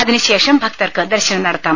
അതിനു ശേഷം ഭക്തർക്ക് ദർശനം നടത്താം